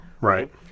Right